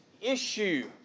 issue